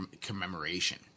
commemoration